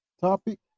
topic